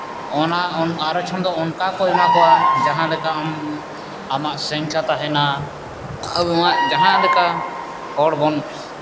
ᱚᱱᱟ ᱟᱨᱚᱪᱷᱚᱱ ᱫᱚ ᱚᱱᱠᱟ ᱠᱚ ᱮᱢᱟ ᱠᱚᱣᱟ ᱡᱟᱦᱟᱸ ᱞᱮᱠᱟ ᱟᱢ ᱟᱢᱟᱜ ᱥᱚᱝᱭᱠᱷᱟ ᱛᱟᱦᱮᱱᱟ ᱟᱵᱚᱣᱟᱜ ᱡᱟᱦᱟᱸ ᱞᱮᱠᱟ ᱦᱚᱲ ᱵᱚᱱ